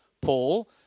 Paul